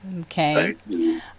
Okay